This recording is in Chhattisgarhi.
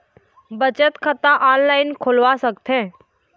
बचत खाता ऑनलाइन खोलवा सकथें?